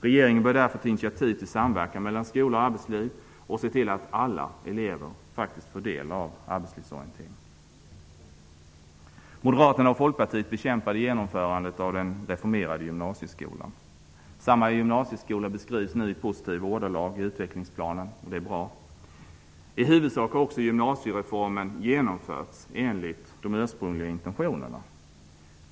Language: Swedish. Regeringen bör därför ta initiativ till samverkan mellan skola och arbetsliv och se till att alla elever faktiskt får del av arbetslivsorientering. Moderaterna och Folkpartiet bekämpade genomförandet av den reformerade gymnasieskolan. Samma gymnasieskola beskrivs nu i positiva ordalag i utvecklingsplanen. Det är bra. I huvudsak har också gymnasiereformen genomförts enligt de ursprungliga intentionerna.